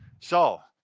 so,